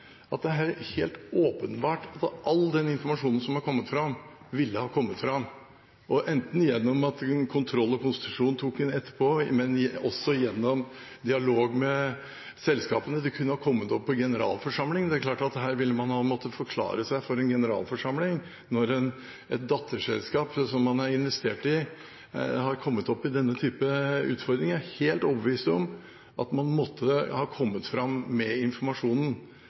klart at her ville man ha måttet forklare seg for en generalforsamling, når et datterselskap som man har investert i, har kommet opp i denne type utfordringer. Jeg er helt overbevist om at man måtte ha kommet fram med informasjonen.